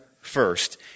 first